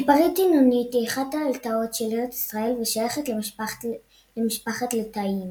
מדברית עינונית היא אחת הלטאות של ארץ ישראל ושייכת למשפחת לטאיים.